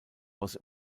was